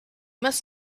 must